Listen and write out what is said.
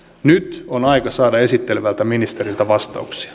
nyt on aika saada esittelevältä ministeriltä vastauksia